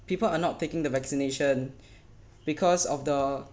people are not taking the vaccination because of the